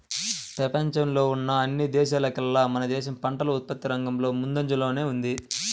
పెపంచంలో ఉన్న అన్ని దేశాల్లోకేల్లా మన దేశం పంటల ఉత్పత్తి రంగంలో ముందంజలోనే ఉంది